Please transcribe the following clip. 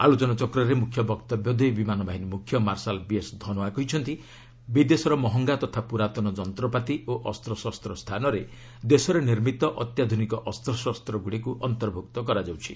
ଆଲୋଚନାଚକ୍ରରେ ମୁଖ୍ୟ ବକ୍ତବ୍ୟଦେଇ ବିମାନ ବାହିନୀ ମୁଖ୍ୟ ମାର୍ଶାଲ ବିଏସ୍ ଧନୋଆ କହିଛନ୍ତି ବିଦେଶର ମହଙ୍ଗା ତଥା ପୁରାତନ ଯନ୍ତ୍ରପାତି ଓ ଅସ୍ତଶାସ୍ତ ସ୍ଥାନରେ ଦେଶରେ ନିର୍ମିତ ଅତ୍ୟାଧୁନିକ ଅସ୍ତଶସ୍ତ ଗୁଡ଼ିକୁ ଅନ୍ତର୍ଭୁକ୍ତ କରାଯାଉଛି